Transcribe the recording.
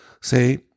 say